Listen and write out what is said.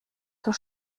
zur